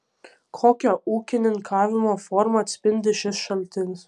kokią ūkininkavimo formą atspindi šis šaltinis